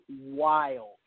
wild